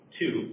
two